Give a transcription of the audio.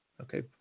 Okay